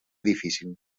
difícil